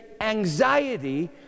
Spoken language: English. anxiety